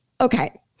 okay